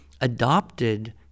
adopted